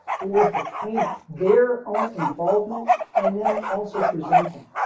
forth between their own involvement and then also presenting,